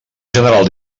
general